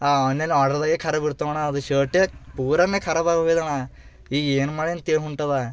ಆ ಆನ್ಲೈನ್ ಆರ್ಡರ್ದಾಗೆ ಖರಾಬ್ ಇರ್ತವಣ್ಣ ಅದು ಶರ್ಟೆ ಪೂರನೆ ಖರಬಾಗೋಗ್ಯದಣ್ಣ ಈಗ ಏನು ಮಾಡ್ಯಂತ ತಿಳಿ ಹೊಂಟದ